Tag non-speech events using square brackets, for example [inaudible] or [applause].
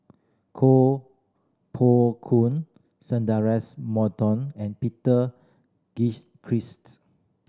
Koh Poh Koon Sundaresh Moton and Peter [unintelligible]